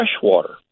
freshwater